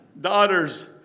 daughters